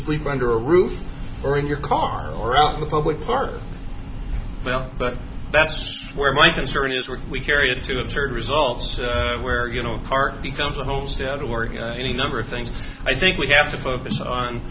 sleep under a roof or in your car or out of a public park well but that's where my concern is where we carry it to absurd results where you know part becomes a homestead organ any number of things i think we have to focus on